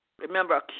Remember